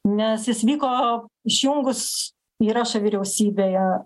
nes jis vyko išjungus įrašą vyriausybėje